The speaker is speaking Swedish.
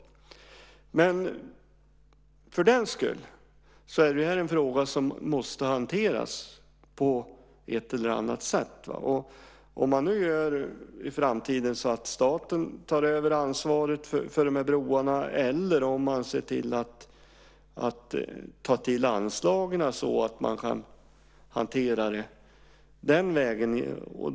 Men det här är en fråga som måste hanteras på ett eller annat sätt. Jag vill inte sätta ned foten för om staten i framtiden ska ta över ansvaret för de här broarna eller om man ska ta till anslagen så att broarna kan rustas upp den vägen.